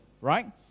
right